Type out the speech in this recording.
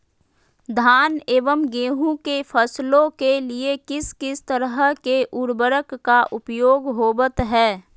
धान एवं गेहूं के फसलों के लिए किस किस तरह के उर्वरक का उपयोग होवत है?